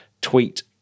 tweet